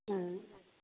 उम